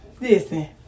Listen